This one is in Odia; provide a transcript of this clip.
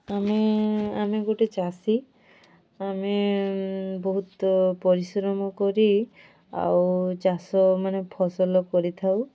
ଆମେ ଆମେ ଗୋଟେ ଚାଷୀ ଆମେ ବହୁତ ପରିଶ୍ରମ କରି ଆଉ ଚାଷ ମାନେ ଫସଲ କରିଥାଉ